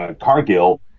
Cargill